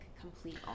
complete